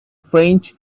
french